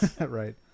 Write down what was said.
Right